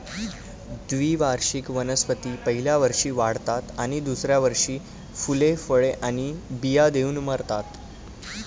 द्विवार्षिक वनस्पती पहिल्या वर्षी वाढतात आणि दुसऱ्या वर्षी फुले, फळे आणि बिया देऊन मरतात